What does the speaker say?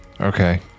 Okay